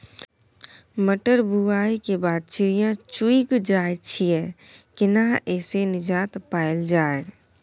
मटर बुआई के बाद चिड़िया चुइग जाय छियै केना ऐसे निजात पायल जाय?